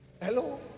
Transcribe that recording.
Hello